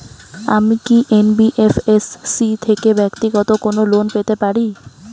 আমি কি এন.বি.এফ.এস.সি থেকে ব্যাক্তিগত কোনো লোন পেতে পারি?